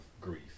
grief